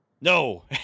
No